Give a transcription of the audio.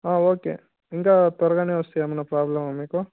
okay ఇంకా త్వరగానే వస్తే ఏమయినా ప్రాబ్లమా మీకు